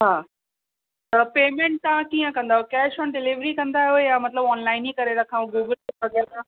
अच्छा त पेमेंट तव्हं कीअं कंदो कैश ऑन डिलीवरी कंदो या मतिलबु ऑनलाइन ई करे रखऊं गूगल पे वग़ैरह खां